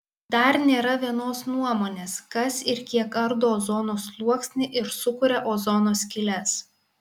dar nėra vienos nuomonės kas ir kiek ardo ozono sluoksnį ir sukuria ozono skyles